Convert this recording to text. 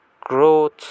growth